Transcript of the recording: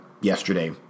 yesterday